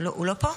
הוא לא פה?